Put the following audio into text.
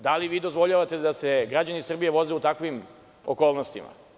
Da li vi dozvoljavate da se građani Srbije voze u takvim okolnostima?